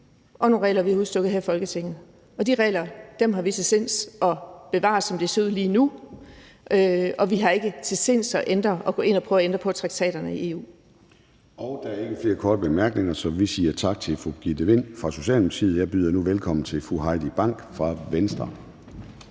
og nogle regler, som vi har udstukket her i Folketinget, og de regler er vi til sinds at bevare, som det ser ud lige nu. Vi er ikke til sinds at gå ind og prøve at ændre på traktaterne i EU. Kl. 10:38 Formanden (Søren Gade): Der er ikke flere korte bemærkninger, så vi siger tak til fru Birgitte Vind fra Socialdemokratiet. Jeg byder nu velkommen til fru Heidi Bank fra Venstre.